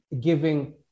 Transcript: giving